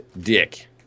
dick